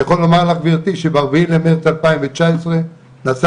אני יכול לומר לך גבירתי שברביעי למרץ 2019 נעשה